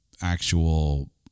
actual